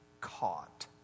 caught